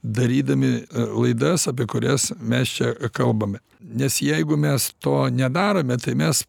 darydami laidas apie kurias mes čia kalbame nes jeigu mes to nedarome tai mes